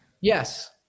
Yes